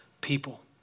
people